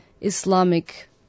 Islamic